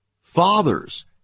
fathers